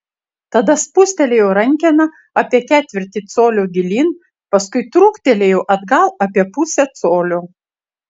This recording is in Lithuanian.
tada spustelėjo rankeną apie ketvirtį colio gilyn paskui trūktelėjo atgal apie pusę colio